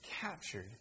captured